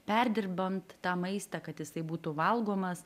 perdirbant tą maistą kad jisai būtų valgomas